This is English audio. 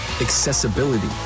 accessibility